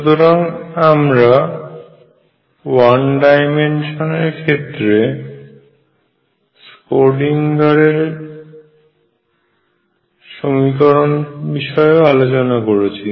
সুতরাং আমরা one dimension এর ক্ষেত্রে স্ক্রোডিঙ্গারের সমীকরণ এর বিষয়েও আলোচনা করেছি